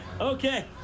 Okay